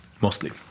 mostly